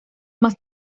más